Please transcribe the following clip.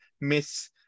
Miss